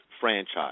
franchise